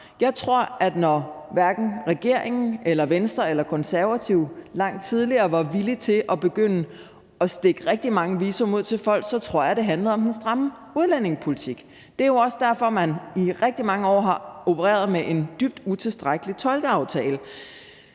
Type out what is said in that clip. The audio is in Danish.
Jeg tror, at når hverken regeringen eller Venstre eller Konservative langt tidligere var villig til at begynde at stikke rigtig mange visa ud til folk, handlede det om den stramme udlændingepolitik. Det er også derfor, at man i rigtig mange år har opereret med en dybt utilstrækkelig tolkeaftale.